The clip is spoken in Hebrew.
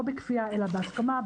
לא בכפייה אלא בהסכמה,